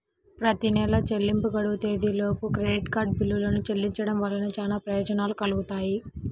ప్రతి నెలా చెల్లింపు గడువు తేదీలోపు క్రెడిట్ కార్డ్ బిల్లులను చెల్లించడం వలన చాలా ప్రయోజనాలు కలుగుతాయి